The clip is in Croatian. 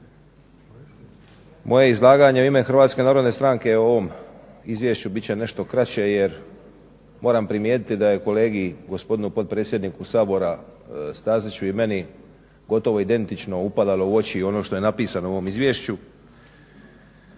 Moje izlaganje u ime HNS-a o ovom izvješću bit će nešto kraće jer moram primijetiti da je kolegi gospodinu potpredsjedniku Sabora Staziću i meni gotovo identično upadalo u oči ono što je napisano u ovom izvješću.